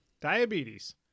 Diabetes